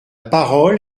parole